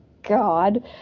God